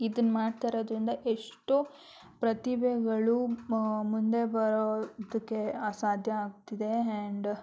ಇದನ್ನ ಮಾಡ್ತಾ ಇರೋದರಿಂದ ಎಷ್ಟೋ ಪ್ರತಿಭೆಗಳು ಮುಂದೆ ಬರೋದಕ್ಕೆ ಸಾಧ್ಯ ಆಗ್ತಿದೆ ಆ್ಯಂಡ್